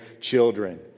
children